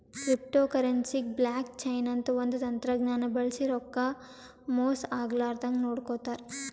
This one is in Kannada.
ಕ್ರಿಪ್ಟೋಕರೆನ್ಸಿಗ್ ಬ್ಲಾಕ್ ಚೈನ್ ಅಂತ್ ಒಂದ್ ತಂತಜ್ಞಾನ್ ಬಳ್ಸಿ ರೊಕ್ಕಾ ಮೋಸ್ ಆಗ್ಲರದಂಗ್ ನೋಡ್ಕೋತಾರ್